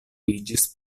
iĝis